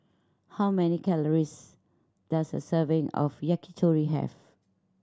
how many calories does a serving of Yakitori have